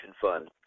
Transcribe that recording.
Fund